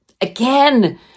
Again